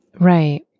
Right